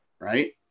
right